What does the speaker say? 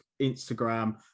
Instagram